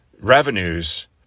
revenues